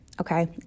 okay